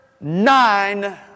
nine